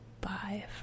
bye